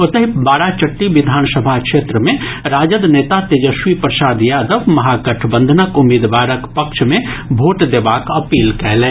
ओतहि बाराचट्टी विधानसभा क्षेत्र मे राजद नेता तेजस्वी प्रसाद यादव महागठबंधनक उम्मीदवारक पक्ष मे भोट देबाक अपील कयलनि